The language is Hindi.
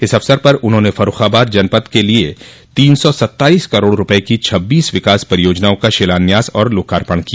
इस अवसर पर उन्होंने फर्र्रखाबाद जनपद के लिए तीन सौ सत्ताइस करोड़ रूपये की छब्बीस विकास परियोजनाओं का शिलान्यास और लोकार्पण किया